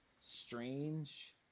strange